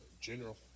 general